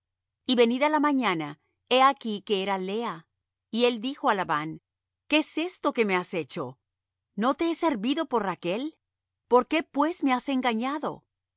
y venida la mañana he aquí que era lea y él dijo á labán qué es esto que me has hecho no te he servido por rachl por qué pues me has engañado